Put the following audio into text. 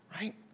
Right